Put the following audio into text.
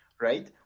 right